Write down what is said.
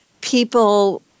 people